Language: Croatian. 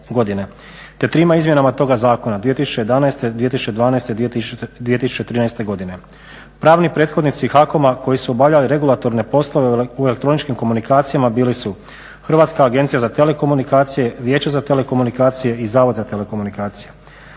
te trima izmjenama toga zakona 2011., 2012., 2013. godine. Pravni predstavnici HAKOM-a koji su obavljali regulatorne postoje u elektroničkim komunikacijama bili su: Hrvatska agencija za telekomunikacije, Vijeće za telekomunikacije i Zavod za telekomunikacije.